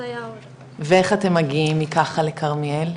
ואיך אתם מגיעים מכחל לכרמיאל?